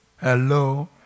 Hello